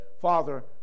Father